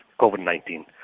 COVID-19